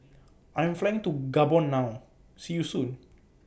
I'm Flying to Gabon now See YOU Soon